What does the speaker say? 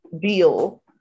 deal